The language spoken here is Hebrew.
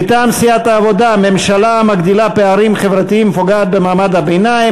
מטעם סיעת העבודה: ממשלה המגדילה פערים חברתיים ופוגעת במעמד הביניים.